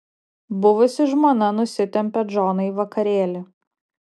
buvusi žmona nusitempia džoną į vakarėlį